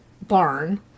barn